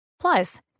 Plus